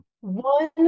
One